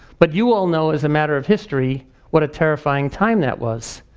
but you all know as matter of history what a terrifying time that was.